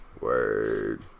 Word